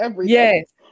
Yes